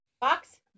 Box